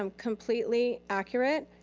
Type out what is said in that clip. um completely accurate.